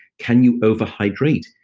can you over-hydrate?